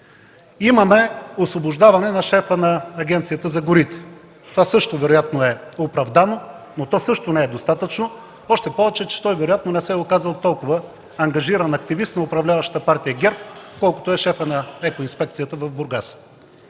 Имаме освобождаване на шефа на Агенцията за горите – това също вероятно е оправдано, но също не е достатъчно, още повече че той вероятно не се е оказал толкова ангажиран активист на управляващата партия ГЕРБ, колкото е шефът на екоинспекцията в Бургас.